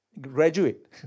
graduate